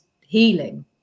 healing